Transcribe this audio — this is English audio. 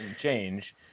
change